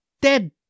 dead